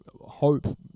hope